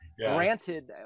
granted